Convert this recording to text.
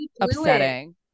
upsetting